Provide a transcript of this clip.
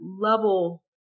level